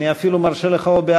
הנני